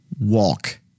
walk